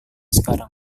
sekarang